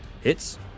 hits